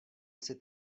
jsi